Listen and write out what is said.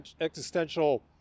existential